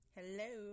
Hello